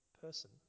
person